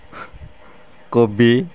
କୋବି